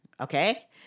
Okay